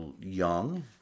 young